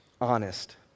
honest